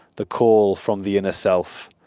the call from the inner self.